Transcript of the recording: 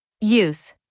Use